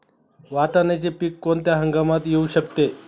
वाटाण्याचे पीक कोणत्या हंगामात येऊ शकते?